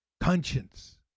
conscience